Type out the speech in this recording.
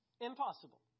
Impossible